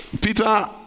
Peter